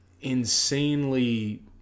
insanely